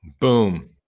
Boom